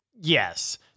Yes